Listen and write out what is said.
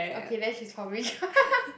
okay then she's probably